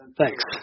thanks